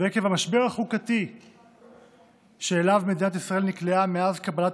ועקב המשבר החוקתי שאליו מדינת ישראל נקלעה מאז קבלת